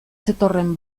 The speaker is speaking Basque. zetorren